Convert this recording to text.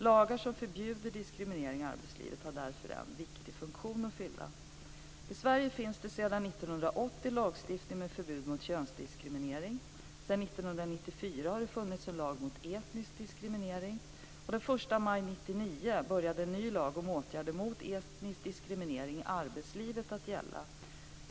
Lagar som förbjuder diskriminering i arbetslivet har därför en viktig funktion att fylla. I Sverige finns sedan 1980 lagstiftning med förbud mot könsdiskriminering. Sedan 1994 har det funnits en lag mot etnisk diskriminering. Den 1 maj 1999 började en ny lag om åtgärder mot etnisk diskriminering i arbetslivet att gälla.